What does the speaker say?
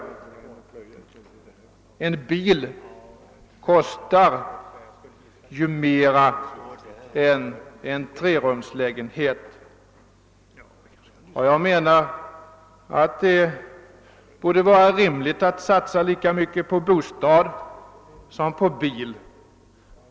En bil kostar ju mer än en trerumslägenhet. Det borde vara rimligt att satsa lika mycket på sin bostad som på sin bil.